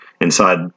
inside